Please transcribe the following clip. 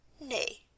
Nay